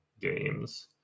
games